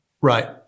Right